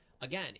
again